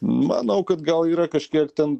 manau kad gal yra kažkiek ten